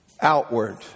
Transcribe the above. outward